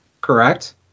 Correct